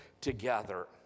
together